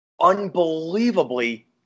unbelievably